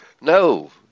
No